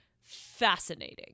fascinating